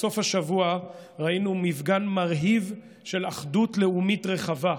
בסוף השבוע ראינו מפגן מרהיב של אחדות לאומית רחבה,